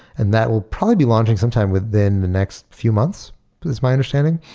and that will probably be launching sometime within the next few months is my understanding.